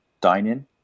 dine-in